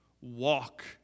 walk